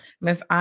Miss